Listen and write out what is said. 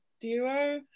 Duo